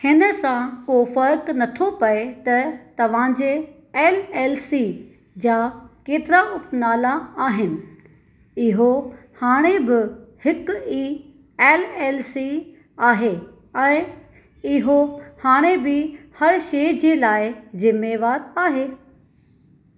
हिन सां को फ़र्क़ु नथो पए त तव्हांजे एल एल सी जा केतिरा उपनाला आहिनि इहो हाणे बि हिकु ई एल एल सी आहे ऐं इहो हाणे बि हर शइ जे लाइ ज़िमेवारु आहे